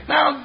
Now